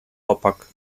opak